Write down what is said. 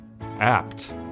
apt